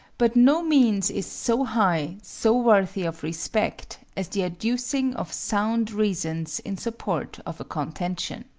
but no means is so high, so worthy of respect, as the adducing of sound reasons in support of a contention.